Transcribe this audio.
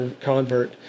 convert